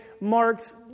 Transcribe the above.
marked